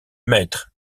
maître